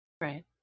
Right